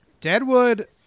Deadwood